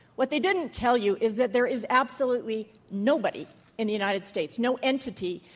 what they didn't tell you is that there is absolutely nobody in the united states, no entity,